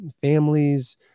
families